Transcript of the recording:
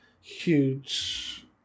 huge